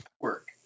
work